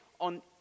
on